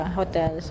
hotel